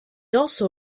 also